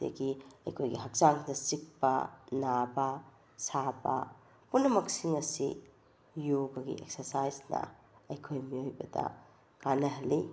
ꯑꯗꯒꯤ ꯑꯩꯈꯣꯏꯒꯤ ꯍꯛꯆꯥꯡꯗ ꯆꯤꯛꯄ ꯅꯥꯕ ꯁꯥꯕ ꯄꯨꯝꯅꯃꯛꯁꯤꯡ ꯑꯁꯤ ꯌꯣꯒꯒꯤ ꯑꯦꯛꯁ꯭ꯔꯁꯥꯏꯁꯅ ꯑꯩꯈꯣꯏ ꯃꯤꯑꯣꯏꯕꯗ ꯀꯥꯟꯅꯍꯜꯂꯤ